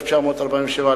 1947,